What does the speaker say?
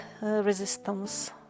resistance